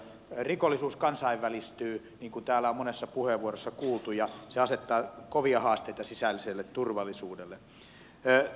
rikollisuus kansainvälistyy niin kuin täällä on monessa puheenvuorossa kuultu ja se asettaa kovia haasteita sisäiselle turvallisuudelle